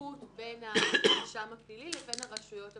והתממשקות בין המרשם הפלילי לבין הרשויות המקומיות,